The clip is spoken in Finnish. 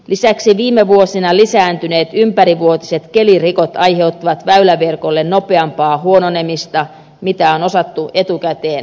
lisäksi viime vuosina lisääntyneet ympärivuotiset kelirikot aiheuttavat väyläverkolle nopeampaa huononemista kuin on osattu etukäteen laskea